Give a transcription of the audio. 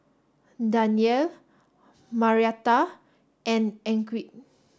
Danyel Marietta and Enrique